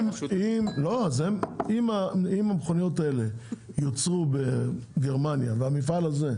אם המכוניות האלה יוצרו בגרמניה ואין בעיה עם המפעל הזה,